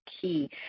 key